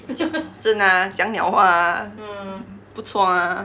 你讲 lor 真的啊讲鸟话啊不错啊